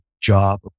job